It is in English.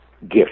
gift